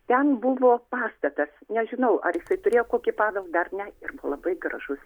ten buvo pastatas nežinau ar turėjo kokį paveldą ar ne ir buvo labai gražus